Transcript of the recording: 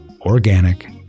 organic